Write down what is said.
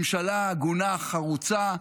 ממשלה הגונה, חרוצה,